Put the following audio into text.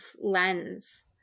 lens